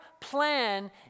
plan